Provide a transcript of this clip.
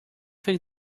think